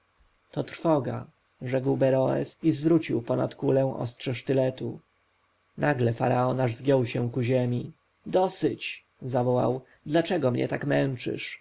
to trwoga rzekł beroes i zwrócił ponad kulę ostrze sztyletu nagle faraon aż zgiął się ku ziemi dosyć zawołał dlaczego mnie tak męczysz